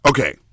Okay